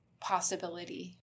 possibility